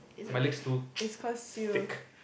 it's okay it's cause you